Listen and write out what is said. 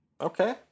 Okay